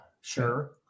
sure